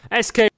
SK